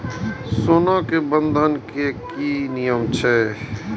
सोना के बंधन के कि नियम छै?